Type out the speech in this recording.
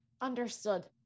Understood